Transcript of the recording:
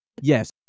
yes